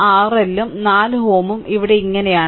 RL ഉം 4 Ω ഇവയും ഇങ്ങനെയാണ്